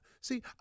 See